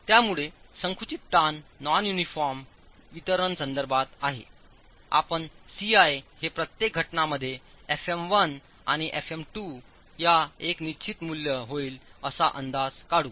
त्यामुळे संकुचित ताण नॉन युनिफॉर्म वितरण संदर्भात आपण Ci हे प्रत्येक घटनांमध्ये fm1 आणि fm2 या एक निश्चित मूल्य होईलअसा अंदाज काढू